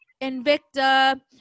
Invicta